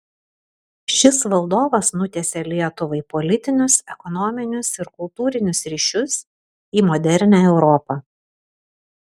šis valdovas nutiesė lietuvai politinius ekonominius ir kultūrinius ryšius į modernią europą